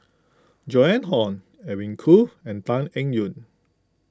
Joan Hon Edwin Koo and Tan Eng Yoon